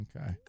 Okay